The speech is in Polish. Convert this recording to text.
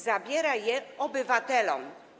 Zabiera je obywatelom.